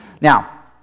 Now